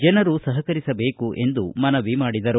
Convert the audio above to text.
ಜನರು ಸಪಕರಿಸಬೇಕು ಎಂದು ಮನವಿ ಮಾಡಿದರು